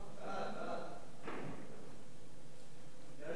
חוק הדואר (תיקון מס' 11),